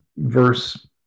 Verse